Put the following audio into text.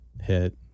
hit